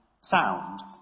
sound